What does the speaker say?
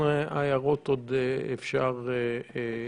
אני חושבת